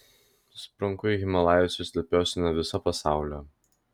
sprunku į himalajus ir slepiuosi nuo viso pasaulio